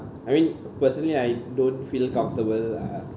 I mean personally I don't feel comfortable lah